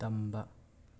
ꯇꯝꯕ